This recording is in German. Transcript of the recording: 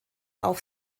auf